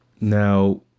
Now